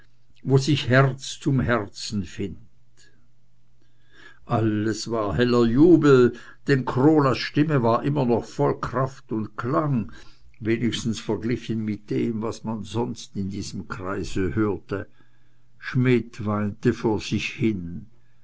wo sich herz zum herzen findt alles war heller jubel denn krolas stimme war immer noch voll kraft und klang wenigstens verglichen mit dem was man sonst in diesem kreise hörte schmidt weinte vor sich hin